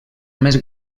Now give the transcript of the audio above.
més